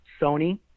Sony